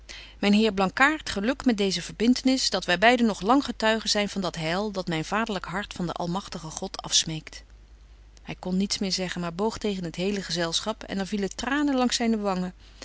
myn heer blankaart geluk met deeze verbintenis dat wy beide nog lang getuigen zyn van dat heil dat myn vaderlyk hart van den almagtigen god afsmeekt hy kon niets meer zeggen maar boog tegen het gehele gezelschap en er vielen tranen langs zyne wangen